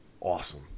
awesome